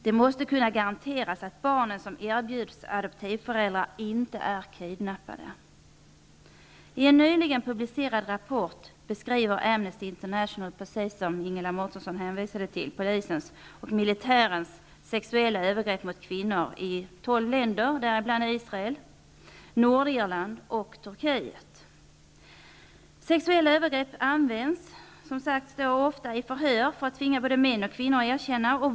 Det måste kunna garanteras att de barn som erbjuds adoptivföräldrar inte är kidnappade. I en nyligen publicerad rapport beskriver Amnesty International, precis som Ingela Mårtensson nämnde, polisens och militärens sexuella övergrepp mot kvinnor i tolv länder, däribland Israel, Sexuella övergrepp används som sagt ofta i förhör för att tvinga både män och kvinnor att erkänna.